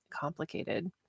complicated